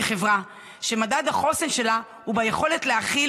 כחברה שמדד החוסן שלה הוא ביכולת להכיל,